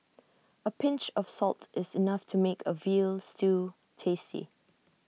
A pinch of salt is enough to make A Veal Stew tasty